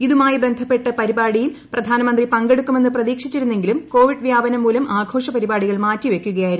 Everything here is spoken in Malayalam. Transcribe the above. ഇതുമായി ബന്ധപ്പെട്ട് പരിപാടിയിൽ പ്രധാനമന്ത്രി പങ്കെടുക്കുമെന്ന് പ്രതീക്ഷിച്ചിരുന്നെങ്കിലും കോവിഡ് വ്യാപനം മൂലം ആഘോഷ പരിപാടികൾ മാറ്റിവയ്ക്കുകയായിരുന്നു